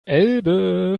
elbe